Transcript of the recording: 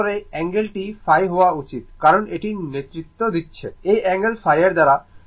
তারপরে অ্যাঙ্গেলটি ϕ হওয়া উচিত কারণ এটি নেতৃত্ব দিচ্ছে এই অ্যাঙ্গেল ϕ এর দ্বারা